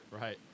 right